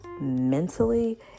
mentally